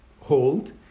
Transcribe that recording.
hold